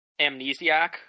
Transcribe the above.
Amnesiac